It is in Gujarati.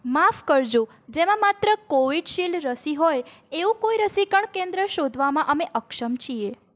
માફ કરજો જેમાં માત્ર કોવિશીલ્ડ રસી હોય એવું કોઈ રસીકરણ કેન્દ્ર શોધવામાં અમે અક્ષમ છીએ